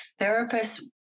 therapists